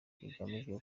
hagamijwe